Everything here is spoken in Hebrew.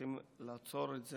צריכים לעצור את זה,